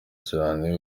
cyane